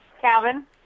Calvin